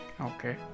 Okay